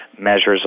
measures